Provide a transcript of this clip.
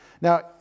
Now